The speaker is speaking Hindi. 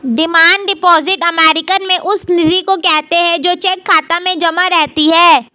डिमांड डिपॉजिट अमेरिकन में उस निधि को कहते हैं जो चेक खाता में जमा रहती है